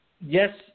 Yes